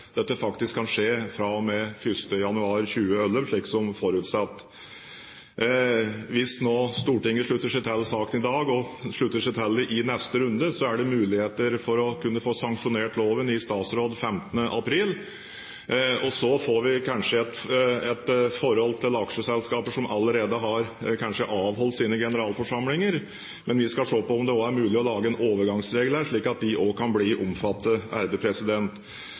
dette faktisk kan skje fra og med 1. januar 2011, slik som forutsatt. Hvis Stortinget slutter seg til saken i dag, og slutter seg til den i neste runde, er det muligheter for å kunne få sanksjonert loven i statsråd 15. april. Så får vi kanskje et forhold til aksjeselskaper som allerede kanskje har avholdt sine generalforsamlinger. Men vi skal se på om det er mulig å lage en overgangsregel her, slik at de også kan bli omfattet.